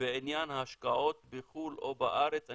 בעניין ההשקעות בחו"ל או בארץ,